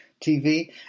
tv